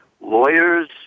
lawyers